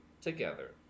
Together